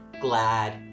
glad